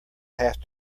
have